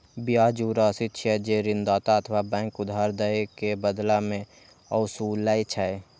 ब्याज ऊ राशि छियै, जे ऋणदाता अथवा बैंक उधार दए के बदला मे ओसूलै छै